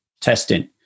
testing